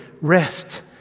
Rest